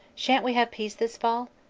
shan't we have peace this fall?